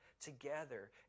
together